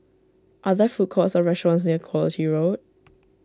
are there food courts or restaurants near Quality Road